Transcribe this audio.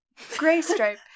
Graystripe